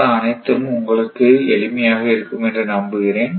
மற்ற அனைத்தும் உங்களுக்கு எளிமையாக இருக்கும் என்று நம்புகிறேன்